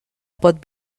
pot